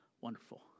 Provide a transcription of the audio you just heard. Wonderful